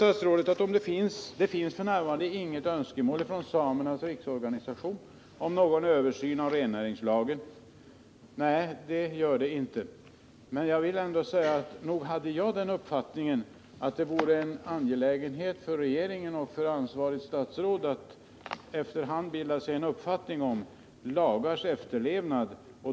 Statsrådet sade att det f.n. inte finns något önskemål från samernas riksorganisation om en översyn av rennäringslagen. Nej, det är riktigt, men nog hade jag den uppfattningen att det för regering och ansvarigt statsråd är en angelägenhet att efter hand bilda sig en uppfattning om lagars efterlevnad.